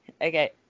Okay